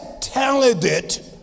talented